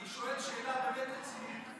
אני שואל שאלה באמת רצינית.